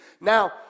Now